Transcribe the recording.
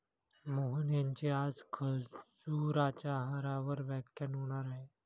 मोहन यांचे आज खजुराच्या आहारावर व्याख्यान होणार आहे